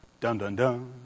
dun-dun-dun